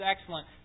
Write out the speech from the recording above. excellent